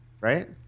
Right